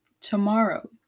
tomorrow